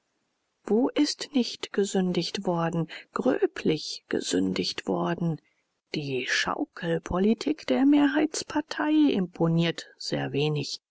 wo ist nicht gesündigt worden gröblich gesündigt worden die schaukelpolitik der mehrheitspartei imponiert sehr wenig